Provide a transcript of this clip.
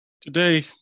today